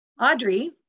Audrey